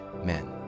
amen